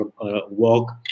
walk